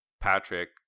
Patrick